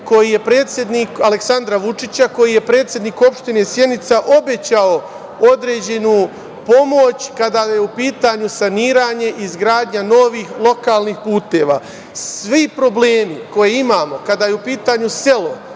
postupak predsednika države, Aleksandra Vučića, koji je predsedniku opštine Sjenica obećao određenu pomoć kada je u pitanju saniranje izgradnja novih lokalnih puteva. Svi problemi koje imamo, kada je u pitanju selo,